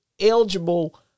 eligible